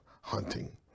hunting